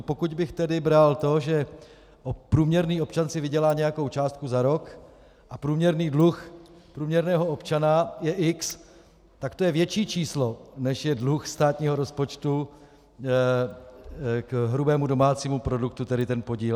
Pokud bych tedy bral to, že průměrný občan si vydělá nějakou částku za rok a průměrný dluh průměrného občana je x, takt to je větší číslo, než je dluh státního rozpočtu k hrubému domácímu produktu, tedy ten podíl.